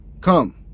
Come